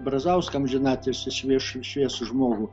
brazauską amžinatilsį švie šviesų žmogų